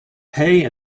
pay